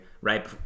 right